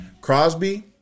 Crosby